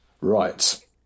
Right